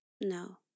No